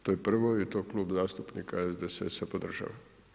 To je prvo i to Klub zastupnika SDSS-a podržava.